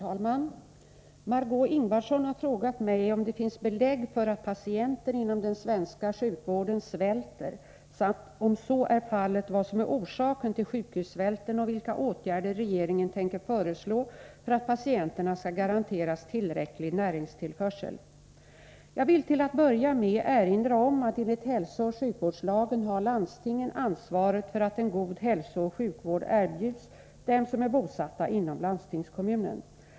Herr talman! Jag vill till att börja med erinra om att enligt hälsooch sjukvårdslagen har landstingen ansvaret för att en god hälsooch sjukvård erbjuds dem som är bosatta inom landstingskommunen.